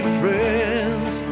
friends